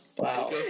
Wow